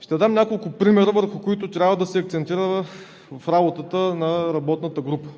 Ще дам няколко примера, върху които трябва да се акцентира в работата на работната група.